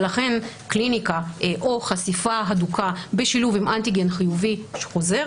ולכן חשיפה הדוקה בשילוב עם אנטיגן חיובי חוזר,